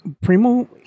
Primo